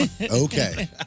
Okay